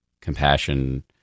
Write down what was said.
compassion